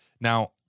Now